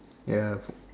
ya